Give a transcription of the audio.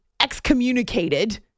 excommunicated